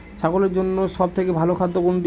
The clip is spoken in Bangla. ছাগলের জন্য সব থেকে ভালো খাদ্য কোনটি?